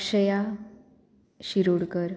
Akshaya Shirodkar